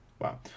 wow